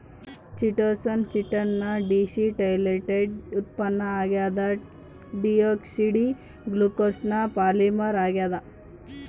chitosan chitin ನ deacetylated ಉತ್ಪನ್ನ ಆಗ್ಯದ ಡಿಯೋಕ್ಸಿ ಡಿ ಗ್ಲೂಕೋಸ್ನ ಪಾಲಿಮರ್ ಆಗ್ಯಾದ